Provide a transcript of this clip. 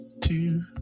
two